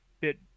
bit